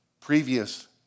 previous